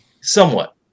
Somewhat